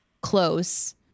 close